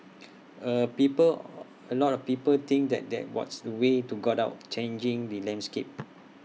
A people A lot of people think that that what's the way to got out changing the landscape